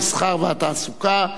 המסחר והתעסוקה.